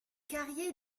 carrier